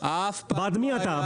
בעד מי אתה?